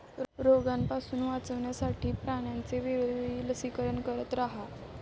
रोगापासून वाचवण्यासाठी प्राण्यांचे वेळोवेळी लसीकरण करत रहा